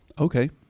Okay